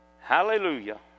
Hallelujah